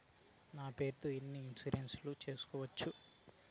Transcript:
నా పేరుతో ఎన్ని ఇన్సూరెన్సులు సేసుకోవచ్చు?